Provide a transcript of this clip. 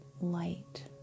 light